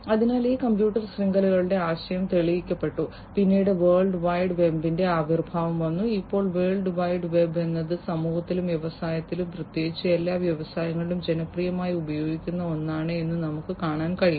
അതിനാൽ ഈ കമ്പ്യൂട്ടർ ശൃംഖലയുടെ ആശയം തെളിയിക്കപ്പെട്ടു പിന്നീട് വേൾഡ് വൈഡ് വെബിന്റെ ആവിർഭാവം വന്നു ഇപ്പോൾ വേൾഡ് വൈഡ് വെബ് എന്നത് സമൂഹത്തിലും വ്യവസായങ്ങളിലും പ്രത്യേകിച്ച് എല്ലാ വ്യവസായങ്ങളിലും ജനപ്രിയമായി ഉപയോഗിക്കുന്ന ഒന്നാണ് എന്ന് നമുക്ക് കാണാൻ കഴിയും